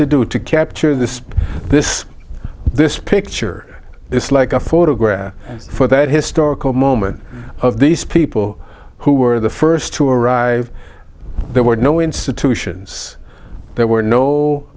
to do to capture this this this picture this like a photograph for that historical moment of these people who were the first to arrive there were no institutions there were no